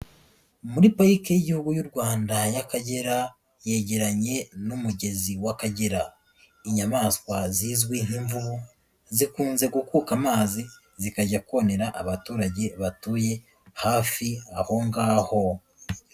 Muri parike y'igihugu y'u Rwanda y'Akagera yegeranye n'umugezi w'Akagera, inyamaswa zizwi nk'imvubu zikunze gukuka amazi zikajya konera abaturage batuye hafi ahongaho.